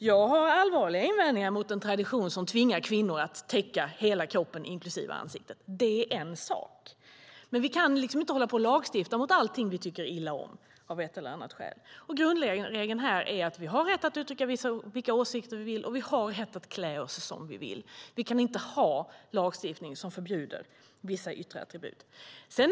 Jag har allvarliga invändningar mot en tradition som tvingar kvinnor att täcka hela kroppen, inklusive ansiktet. Det är en sak. Men vi kan liksom inte hålla på och lagstifta mot allt vi av ett eller annat skäl tycker illa om. Grundregeln här är att vi har rätt att uttrycka vilka åsikter vi vill, och vi har rätt att klä oss som vi vill. Vi kan inte ha en lagstiftning som förbjuder vissa yttre attribut.